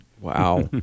wow